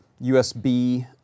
USB